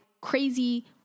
crazy